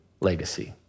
legacy